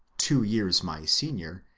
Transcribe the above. two years my senior,